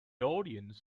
audience